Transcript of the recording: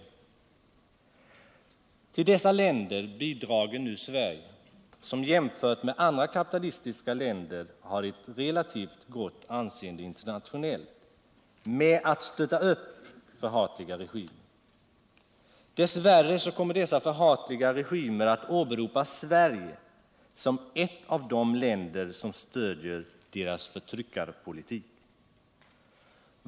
När det gäller dessa länder bidrar nu Sverige —- som jämfört med andra kapitalistiska länder har ett relativt gott anseende internationellt — med att stötta upp förhatliga regimer. Dess värre kommer dessa förhatliga regimer att åberopa Sverige som ett av de kinder som stöder deras förtryckarpolitik.